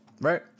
Right